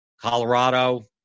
Colorado